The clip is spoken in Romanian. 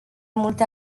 multe